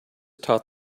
taught